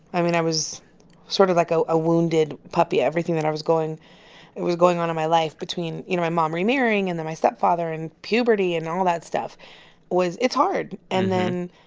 i mean, i was sort of like a ah wounded puppy. everything that i was going that was going on in my life between, you know, my mom remarrying and then my stepfather and puberty and all that stuff was it's hard and then,